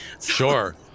Sure